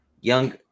young